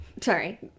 Sorry